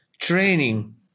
training